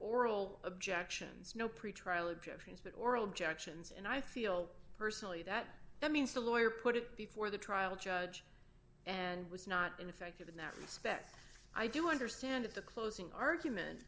oral objections no pretrial objections but oral jackson's and i feel personally that that means the lawyer put it before the trial judge and was not ineffective in that respect i do understand at the closing argument